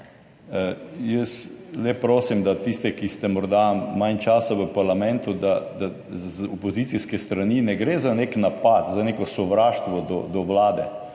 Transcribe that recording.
Jaz le prosim, da tisti, ki ste morda manj časa v parlamentu, [razumete], da z opozicijske strani ne gre za nek napad, za neko sovraštvo do vlade,